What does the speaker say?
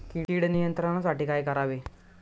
कीड नियंत्रणासाठी काय करावे?